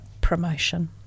promotion